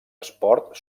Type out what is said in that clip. esport